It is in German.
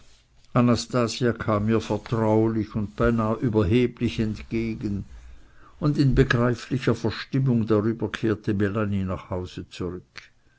kam ihr vertraulich und beinah überheblich entgegen und in begreiflicher verstimmung darüber kehrte melanie nach hause zurück